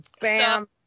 bam